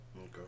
Okay